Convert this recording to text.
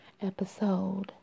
episode